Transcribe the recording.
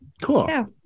Cool